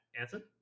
Anson